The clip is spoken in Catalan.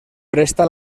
presta